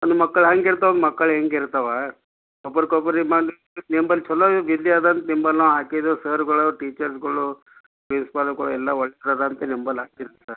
ಒಂದು ಮಕ್ಕಳು ಹಂಗಿರ್ತವ್ ಒಂದು ಮಕ್ಕಳು ಹಿಂಗಿರ್ತವಾ ಒಬ್ರುಗೊಬ್ರು ನಿಂಬಲ್ಲಿ ಛಲೋ ವಿದ್ಯೆ ಅದ ಅಂತ ನಿಂಬಲ್ಲಿ ನಾವು ಹಾಕಿದಿವಿ ಸರ್ಗಳು ಟೀಚರ್ಸ್ಗಳು ಪ್ರಿನ್ಸಿಪಾಲ್ಗಳು ಎಲ್ಲ ಒಳ್ಳೆರದ ಅಂತ ನಿಂಬಲ್ಲಿ ಹಾಕಿದ್ದೀವಿ ಸರ್